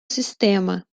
sistema